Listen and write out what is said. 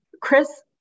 Chris